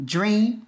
Dream